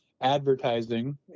advertising